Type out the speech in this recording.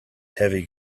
heavy